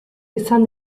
izan